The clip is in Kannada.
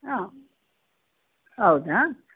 ಹಾಂ ಹೌದಾ